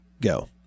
go